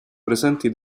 presenti